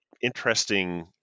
interesting